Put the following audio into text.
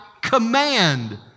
command